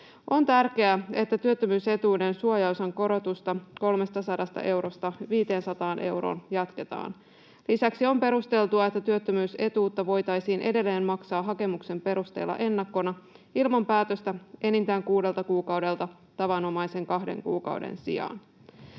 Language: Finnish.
On tärkeää, että työttömyysetuuden suojaosan korotusta 300 eurosta 500 euroon jatketaan. Lisäksi on perusteltua, että työttömyysetuutta voitaisiin edelleen maksaa hakemuksen perusteella ennakkona ilman päätöstä enintään kuudelta kuukaudelta tavanomaisen kahden kuukauden sijaan.